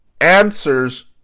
answers